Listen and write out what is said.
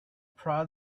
prod